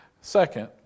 Second